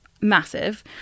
massive